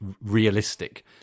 realistic